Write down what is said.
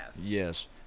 Yes